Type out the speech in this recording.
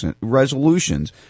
resolutions